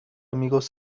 amigos